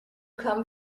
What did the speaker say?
come